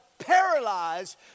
paralyzed